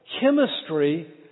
chemistry